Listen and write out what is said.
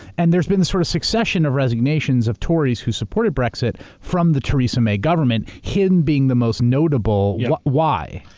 and there's been a sort of succession of resignations of tories who supported brexit from the theresa may government, him being the most notable. why?